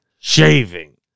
shaving